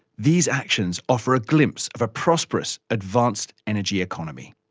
these actions offer a glimpse of a prosperous, advanced energy economy.